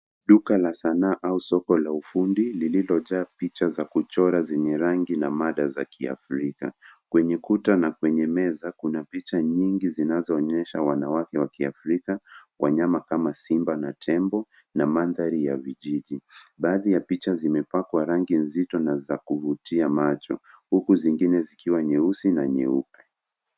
Duka la sanaa au soko la ufundilililojaa picha za kuchora zenye rangi na mada za kiafrika. Kwenye kuta na kwenye meza kuna picha nyingi zinazoonyesha wanawake wa kiafrika, wanyama kama simba na tembo na mandhari ya kijiji. Baadhi ya picha zimepakwa rangi nzito na za kuvutia macho huku zingine zikiwa nyeusi na nyeupe.